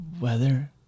weather